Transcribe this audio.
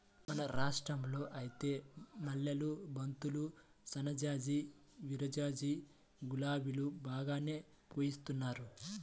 మన రాష్టంలో ఐతే మల్లెలు, బంతులు, సన్నజాజి, విరజాజి, గులాబీలు బాగానే పూయిత్తున్నారు